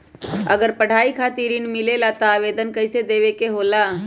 अगर पढ़ाई खातीर ऋण मिले ला त आवेदन कईसे देवे के होला?